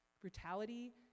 brutality